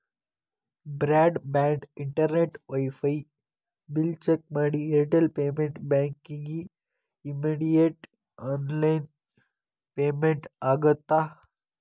broad band internet wifi bill check ಮಾಡಿ Airtel payment ಬ್ಯಾಂಕಿಗಿ immediate online payment ಆಗತ್ತಾ